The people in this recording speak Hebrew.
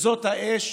וזאת האש,